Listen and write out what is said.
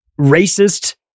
racist